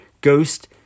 Ghost